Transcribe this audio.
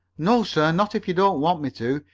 no, sir not if you don't want me to.